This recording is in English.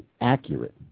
accurate